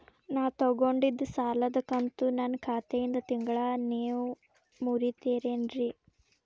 ನಾ ತೊಗೊಂಡಿದ್ದ ಸಾಲದ ಕಂತು ನನ್ನ ಖಾತೆಯಿಂದ ತಿಂಗಳಾ ನೇವ್ ಮುರೇತೇರೇನ್ರೇ?